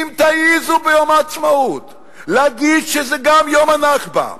אם תעזו ביום העצמאות להגיד שזה גם יום ה"נכבה",